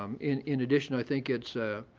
um in in addition, i think it's